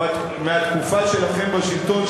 מהתקופה שלכם בשלטון,